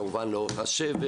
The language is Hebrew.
כמובן לאורך השבר